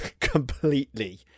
completely